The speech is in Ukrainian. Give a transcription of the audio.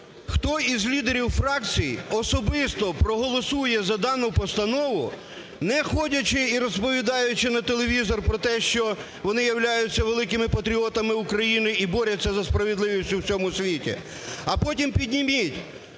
хто із лідерів фракцій особисто проголосує за дану постанову, не ходячи і розповідаючи на телевізор про те, що вони являються великими патріотами України і борються за справедливість в усьому світі. А потім підніміть